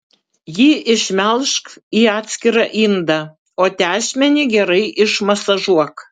jį išmelžk į atskirą indą o tešmenį gerai išmasažuok